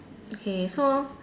okay so